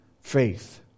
faith